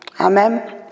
Amen